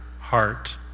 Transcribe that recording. heart